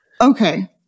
Okay